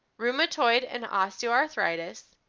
rheumatoid and osteoarthritis,